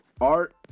art